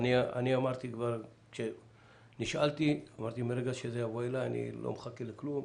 אמרתי שמרגע שזה יבוא אלי אני לא מחכה לכלום,